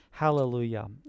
Hallelujah